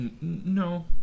No